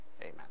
amen